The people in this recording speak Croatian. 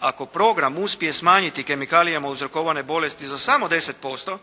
ako program uspije smanjiti kemikalijama uzrokovane bolesti za samo 10%